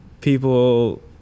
people